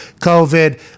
covid